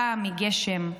פעם מגשם,